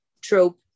trope